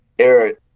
Eric